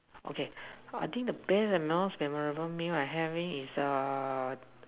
okay I think the best or most memorable I having is err